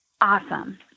Awesome